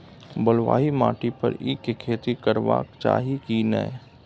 बलुआ माटी पर ईख के खेती करबा चाही की नय?